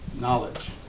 knowledge